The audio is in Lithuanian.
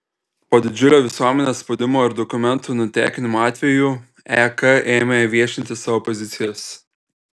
po didžiulio visuomenės spaudimo ir dokumentų nutekinimo atvejų ek ėmė viešinti savo pozicijas